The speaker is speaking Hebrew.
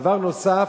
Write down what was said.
דבר נוסף,